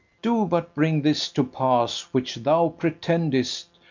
do but bring this to pass which thou pretendest,